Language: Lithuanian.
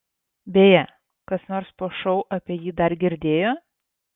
beje kas nors po šou apie jį dar girdėjo